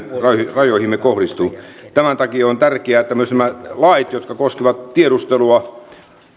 rajoihimme kohdistuu tämän takia on tärkeää että myös nämä lait jotka koskevat tiedustelua